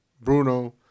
Bruno